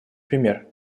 пример